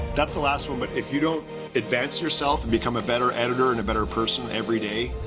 that's the last one. but if you don't advance yourself and become a better editor and a better person every day.